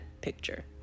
picture